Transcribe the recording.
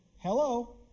Hello